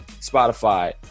Spotify